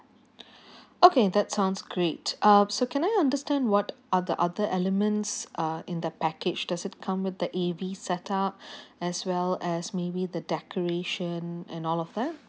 okay that sounds great uh so can I understand what are the other elements are in the package does it come with the A_V set up as well as maybe the decoration and all of that